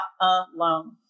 alone